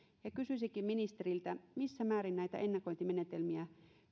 kysyisinkin ministeriltä missä määrin näitä ennakointimenetelmiä